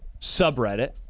subreddit